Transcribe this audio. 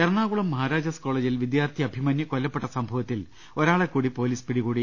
എറണാകുളം മഹാരാജാസ് കോളേജിൽ വിദ്യാർത്ഥി അഭിമന്യു കൊല്ലപ്പെട്ട സംഭവത്തിൽ ഒരാളെ കൂടി പൊലീസ് പിടികൂടി